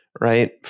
right